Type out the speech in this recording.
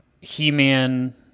He-Man